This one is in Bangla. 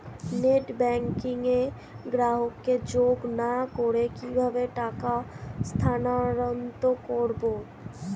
নেট ব্যাংকিং এ গ্রাহককে যোগ না করে কিভাবে টাকা স্থানান্তর করব?